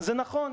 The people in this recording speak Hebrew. זה נכון,